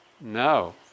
No